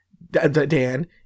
Dan